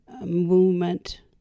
movement